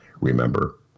remember